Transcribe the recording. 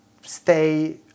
stay